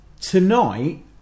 tonight